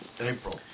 April